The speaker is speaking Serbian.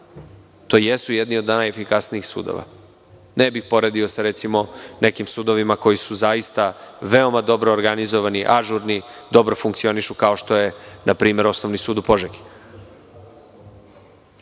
to jesu jedni od najefikasnijih sudova. Ne bih poredio sa recimo nekim sudovima koji su zaista veoma dobro organizovani, ažurni, dobro funkcionišu kao što je npr. Osnovni sud u Požegi. Dakle,